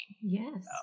Yes